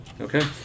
Okay